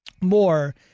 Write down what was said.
more